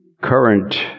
current